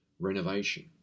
renovation